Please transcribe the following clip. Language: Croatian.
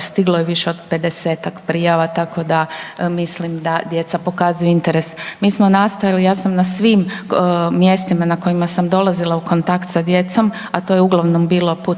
stiglo je više od 50-tak prijava, tako da, mislim da djeca pokazuju interes. Mi smo nastojali, ja sam na svim mjestima na kojima sam dolazila u kontakt sa djecom, a to je uglavnom bilo putem